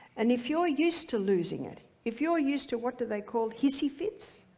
and if you're used to losing it, if you're used to what do they call hissy fits.